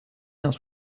cent